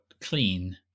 clean